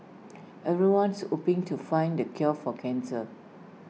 everyone's hoping to find the cure for cancer